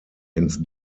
ins